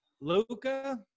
Luca